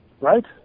Right